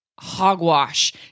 hogwash